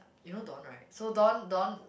you know Don right so Don Don